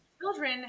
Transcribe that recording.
children